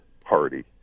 party